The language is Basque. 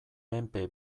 menpe